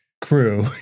crew